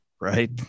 right